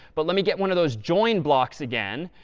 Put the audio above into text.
but let me get one of those join blocks again,